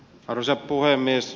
arvoisa puhemies